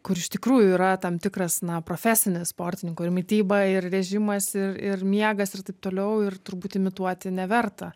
kur iš tikrųjų yra tam tikras na profesinis sportininkų ir mityba ir režimas ir ir miegas ir taip toliau ir turbūt imituoti neverta